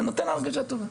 זה נותן הרגשה טובה.